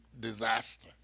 disaster